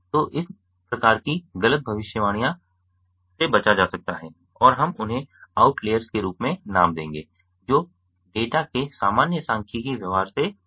तो इन प्रकार की गलत भविष्यवाणियों से बचा जा सकता है और हम उन्हें आउट लेयर्स के रूप में नाम देंगे जो डेटा के सामान्य सांख्यिकीय व्यवहार से परे है